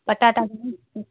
पटाटा घणा किलो